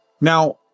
now